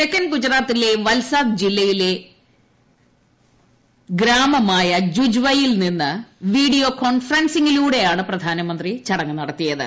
തെക്കൻ ഗുജറാത്തിലെ വൽസാദ് ജില്ലയിലെ ഗ്രാമമായ ജൂജ്വയിൽ നിന്ന് വീഡിയോ കോൺഫറൻസിംഗിലൂടെയാണ് പ്രധാനമന്ത്രി ചടങ്ങ് നടത്തിയത്